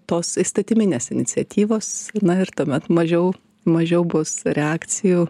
tos įstatyminės iniciatyvos na ir tuomet mažiau mažiau bus reakcijų